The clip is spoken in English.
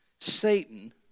Satan